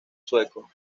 sueco